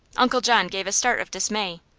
uncle john gave a start of dismay.